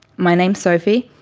my name's sophie,